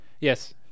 Yes